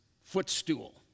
footstool